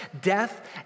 death